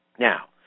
Now